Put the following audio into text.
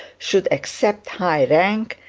should accept high rank,